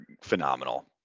phenomenal